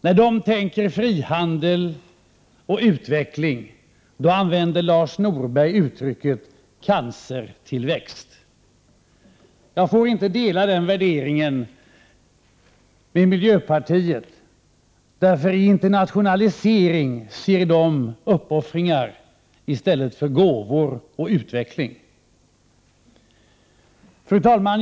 När de tänker på frihandel och utveckling använder Lars Norberg uttrycket cancertillväxt. Jag får inte dela denna värdering med miljöpartisterna, därför att de i internationalisering ser uppoffringar i stället för gåvor och utveckling. Fru talman!